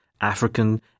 African